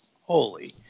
holy